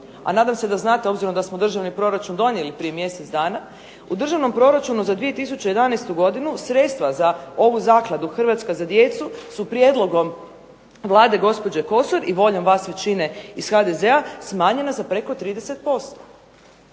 a nadam se da znate obzirom da smo državni proračun donijeli prije mjesec dana. U Državnom proračunu za 2011. godinu sredstva za ovu Zakladu Hrvatska za djecu su prijedlogom Vlade gospođe Kosor i voljom vas većine iz HDZ-a smanjena za preko 30%.